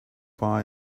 buy